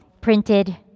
printed